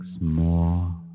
more